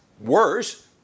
worse